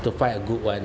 to find a good [one]